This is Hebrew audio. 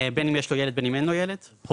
בין אם יש לו ילד ובין אם אין לו ילד; הורים,